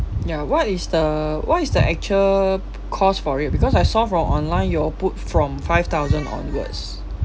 ya what is the what is the actual cost for it because I saw from online you all put from five thousand onwards